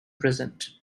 present